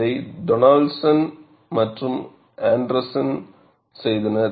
இதை டொனால்ட்சன் மற்றும் ஆண்டர்சன் செய்தனர்